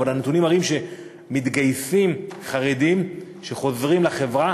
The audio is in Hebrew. אבל הנתונים מראים שמתגייסים חרדים שחוזרים לחברה